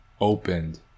opened